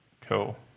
Cool